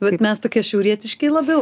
bet mes tokie šiaurietiški labiau